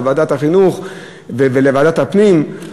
לוועדת החינוך ולוועדת הפנים,